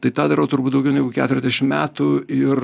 tai ką darau turbūt daugiau negu keturiadešim metų ir